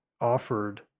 offered